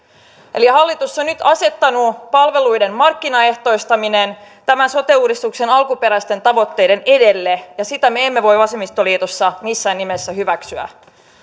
eli hallitus on nyt asettanut palveluiden markkinaehtoistamisen sote uudistuksen alkuperäisten tavoitteiden edelle ja sitä me emme voi vasemmistoliitossa missään nimessä hyväksyä